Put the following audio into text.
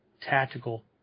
tactical